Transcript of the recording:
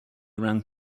around